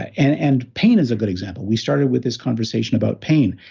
and and pain is a good example we started with this conversation about pain,